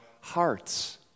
hearts